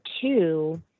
two